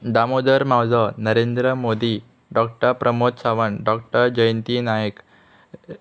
Damodar Mauzo Narendra Modi doctor Pramod Sawant doctor Jayanti Naik